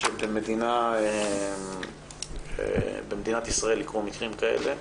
שבמדינת ישראל יקרו מקרים כאלה.